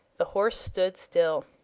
the horse stood still.